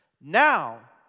Now